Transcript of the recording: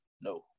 No